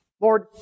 Lord